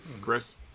Chris